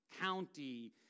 county